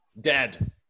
Dead